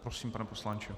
Prosím, pane poslanče.